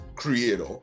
creator